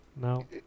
No